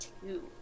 two